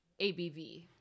abv